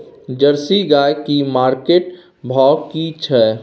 Jersey गाय की market भाव की छै?